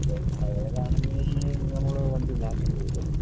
A അതേഴാണെങ്കിലിനി നമ്മൾ വണ്ടി മാറ്റേണ്ടി വരും